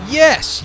yes